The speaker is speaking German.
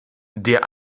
der